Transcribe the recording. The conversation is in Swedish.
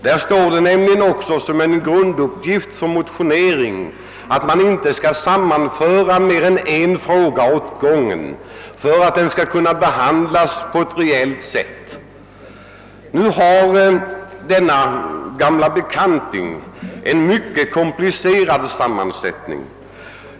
Där anges nämligen också som en grundregel för motionering att man inte skall ta upp mer än en fråga åt gången för att det skall bli möjligt att behandla den på ett rejält sätt. Den gamla bekanting som vi nu diskuterar har en mycket komplicerad sammansättning.